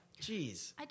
Jeez